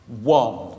One